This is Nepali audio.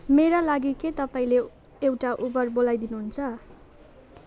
मेरा लागि के तपाईँले एउटा उबर बोलाइदिनु हुन्छ